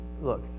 look